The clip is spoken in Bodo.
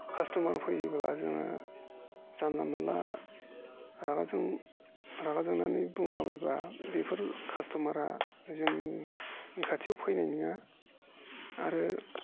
कास्टमार फैयोब्ला जोङो जानला मोनला रागाजों रागाजोंनानै बुंलाबायब्ला बेफोर कास्टमारा जोंनि खाथियाव फैनाय नङा आरो